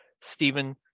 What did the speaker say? Stephen